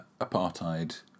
apartheid